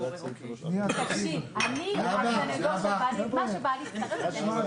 היו הצעות של 55%. אני כרגע מביא להצבעה את הנוסח הזה שאנחנו